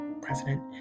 president